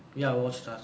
ya I watch டா:daa